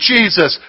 Jesus